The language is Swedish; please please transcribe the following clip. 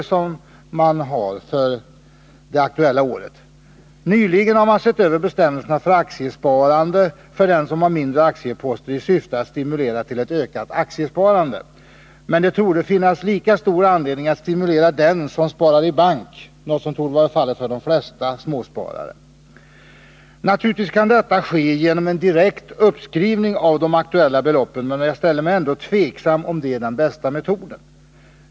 I syfte att stimulera till ett ökat sparande har man nyligen sett över bestämmelserna för aktiesparande för dem som har mindre aktieposter, men det torde finnas lika stor anledning att stimulera dem som sparar i bank, något som torde vara fallet för de flesta småsparare. Naturligtvis kunde detta ske genom en direkt uppskrivning av de aktuella beloppen, men jag ställer mig ändå tveksam till om det är den bästa metoden.